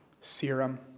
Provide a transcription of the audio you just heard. serum